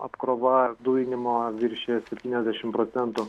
apkrova dujinimo viršijo septyniasdešim procentų